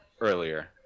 earlier